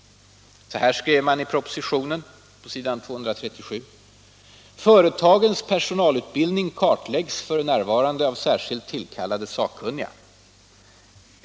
Så här skrev han i proposition 1975/76:211, s. 237: ”Företagens personalutbildning kartläggs f. n. av särskilt tillkallade sakkunniga.